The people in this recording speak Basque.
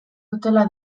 dutela